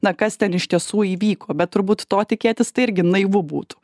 na kas ten iš tiesų įvyko bet turbūt to tikėtis tai irgi naivu būtų